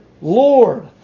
Lord